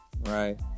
Right